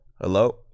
Hello